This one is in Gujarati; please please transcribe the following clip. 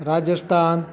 રાજસ્થાન